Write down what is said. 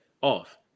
off